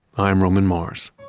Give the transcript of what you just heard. i'm roman mars.